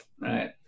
right